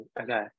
okay